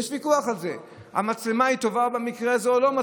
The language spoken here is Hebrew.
יש על זה ויכוח, המצלמה טובה במקרה הזה או לא?